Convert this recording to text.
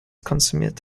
konsumiert